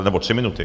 Nebo tři minuty.